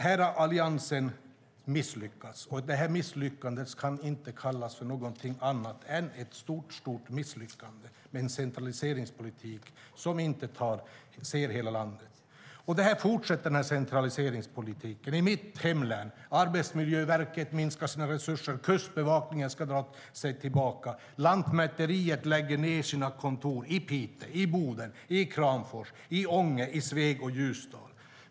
Här har Alliansen misslyckats, och detta kan inte kallas någonting annat än ett stort misslyckande, med en centraliseringspolitik som inte ser hela landet. Och centraliseringspolitiken fortsätter. I mitt hemlän minskar Arbetsmiljöverket sina resurser. Kustbevakningen ska dra sig tillbaka. Lantmäteriet lägger ned sina kontor i Piteå, Boden, Kramfors, Ånge, Sveg och Ljusdal.